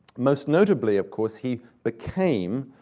most notably, of course, he became,